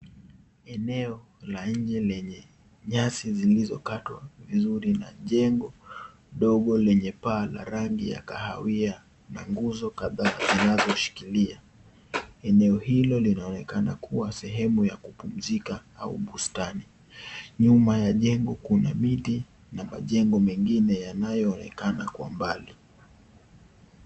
Eneo la nje lenye nyasi zilizo katwa vizuri na jengo ndogo lenye paa la rangi ya kahawia na nguzo kadhaa zinazoshikilia. Eneo hilo linaonekana kuwa sehemu kupumzika au bustani nyuma ya jengo kuna miti na majengo mengine yanayoonekana kwa mbali.